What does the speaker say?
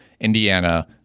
Indiana